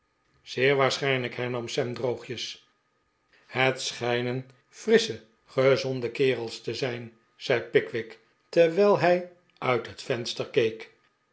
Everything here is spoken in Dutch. zeer waarschijnlijk hernam sam droogjes het schijnen frissche gezonde kerels te de pickwick club zijn zei pickwick terwijl hij uit het venster